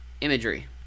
imagery